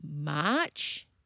March